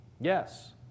Yes